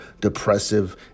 depressive